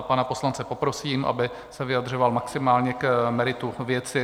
Pana poslance poprosím, aby se vyjadřoval maximálně k meritu věci.